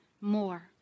more